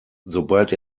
sobald